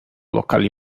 locally